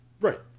Right